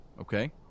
okay